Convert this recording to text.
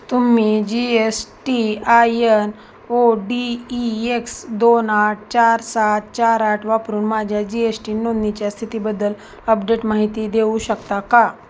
तुम्ही G S T I N O D E X दोन आठ चार सात चार आठ वापरून माझ्या जी एस टी नोंदणीच्या स्थितीबद्दल अपडेट माहिती देऊ शकता का